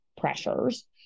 pressures